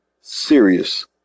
serious